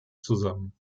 zusammen